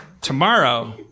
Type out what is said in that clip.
Tomorrow